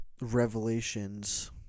revelations